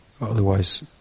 Otherwise